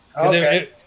Okay